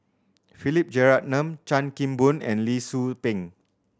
Philip Jeyaretnam Chan Kim Boon and Lee Tzu Pheng